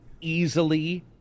easily